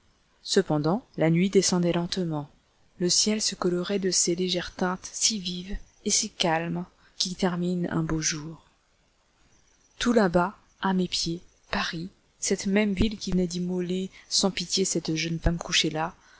cependant la nuit descendait lentement le ciel se colorait de ces légères teintes si vives et si calmes qui terminent un beau jour tout là-bas à mes pieds paris cette même ville qui venait d'immoler sans pitié cette jeune femme couchée là